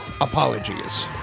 apologies